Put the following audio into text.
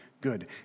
good